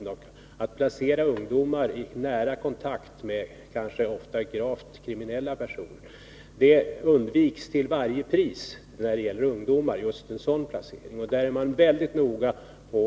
Man undviker till varje pris att placera ungdomar i nära kontakt med kanske ofta gravt kriminella personer. Man är väldigt noga